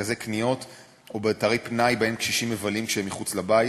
במרכזי קניות או באתרי פנאי שבהם קשישים מבלים כשהם מחוץ לבית.